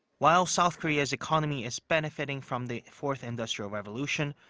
while south korea's economy is benefiting from the fourth industrial revolution.